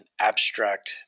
abstract